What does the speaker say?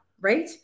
right